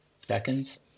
seconds